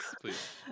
please